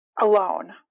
alone